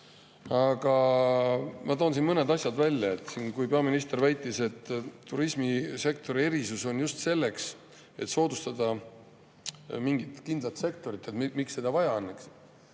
Aga ma toon siin mõned asjad välja. Peaminister väitis, et turismisektori erisus on just selleks, et soodustada mingit kindlat sektorit, [ja küsis], miks seda vaja on,